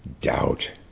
Doubt